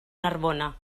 narbona